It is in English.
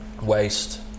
waste